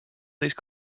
these